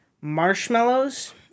marshmallows